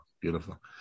Beautiful